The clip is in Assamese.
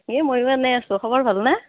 এ মইও এনেই আছোঁ খবৰ ভালনে